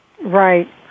Right